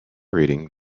reading